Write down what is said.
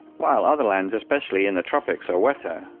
while other lands, especially in the tropics are wetter,